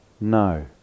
No